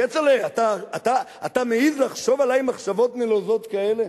כצל'ה, אתה מעז לחשוב עלי מחשבות נלוזות כאלה?